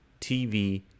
TV –